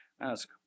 Ask